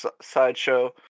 sideshow